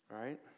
right